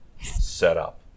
setup